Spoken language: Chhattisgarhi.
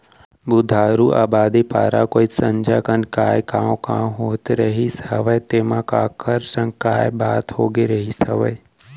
बुधारू अबादी पारा कोइत संझा कन काय कॉंव कॉंव होत रहिस हवय तेंमा काखर संग काय बात होगे रिहिस हवय?